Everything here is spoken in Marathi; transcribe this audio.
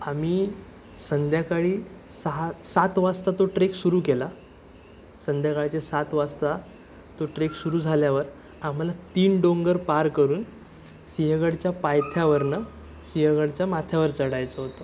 आम्ही संध्याकाळी सहा सात वाजता तो ट्रेक सुरू केला संध्याकाळच्या सात वाजता तो ट्रेक सुरू झाल्यावर आम्हाला तीन डोंगर पार करून सिंहगडच्या पायथ्यावरनं सिंहगडच्या माथ्यावर चढायचं होतं